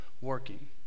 working